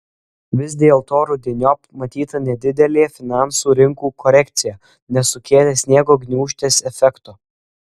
vis dėlto rudeniop matyta nedidelė finansų rinkų korekcija nesukėlė sniego gniūžtės efekto